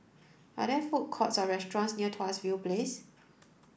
are there food courts or restaurants near Tuas View Place